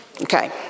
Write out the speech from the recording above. Okay